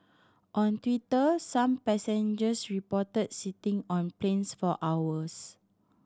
on Twitter some passengers reported sitting on planes for hours